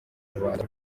rubanda